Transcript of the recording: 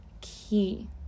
key